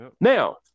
Now